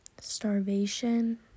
starvation